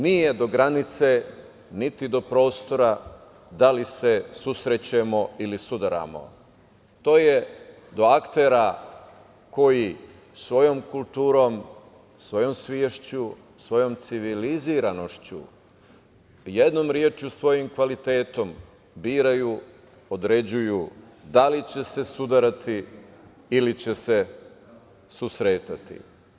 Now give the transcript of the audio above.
Nije do granice niti do prostora, da li se susrećemo ili sudaramo, to je do aktera koji svojom kulturom, svojom svešću, svojom civilizovanošću, jednom rečju, svojim kvalitetom biraju, određuju da li će se sudarati ili će se susretati.